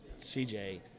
CJ